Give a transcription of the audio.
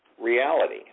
reality